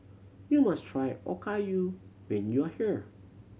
you must try Okayu when you are here